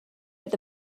oedd